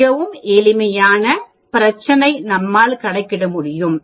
மிகவும் எளிமையான பிரச்சினை நம்மால் கணக்கிட முடியும்